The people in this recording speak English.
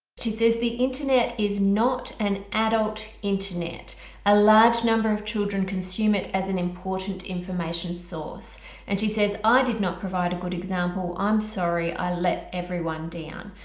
she says the internet is not an adult internet a large number of children consume it as an important information source and she says i did not provide a good example i'm sorry i let everyone down.